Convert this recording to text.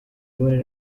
moon